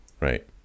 Right